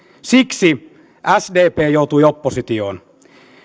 siksi sdp joutui oppositioon